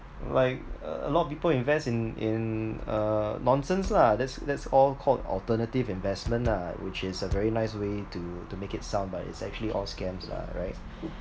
like a a lot of people invest in in uh nonsense lah that's that's all called alternative investment lah which is a very nice way to to make it sound but it's actually all scams lah right